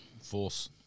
force